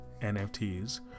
NFTs